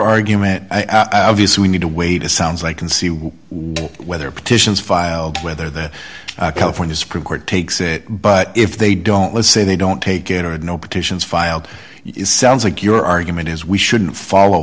argument i guess we need a way to sounds i can see whether petitions filed whether the california supreme court takes it but if they don't let's say they don't take it or have no petitions filed it sounds like your argument is we shouldn't follow